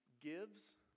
gives